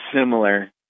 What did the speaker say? similar